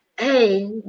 Hey